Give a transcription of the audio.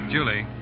Julie